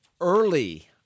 early